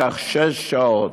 לקחה שש שעות.